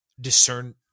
discern